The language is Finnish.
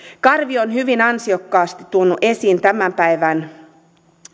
karvi on hyvin ansiokkaasti tuonut esiin tämän päivän